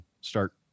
start